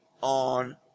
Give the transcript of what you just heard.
on